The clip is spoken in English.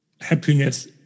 happiness